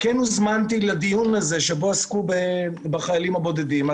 כן הוזמנתי לדיון הזה שבו עסקו בחיילים הבודדים.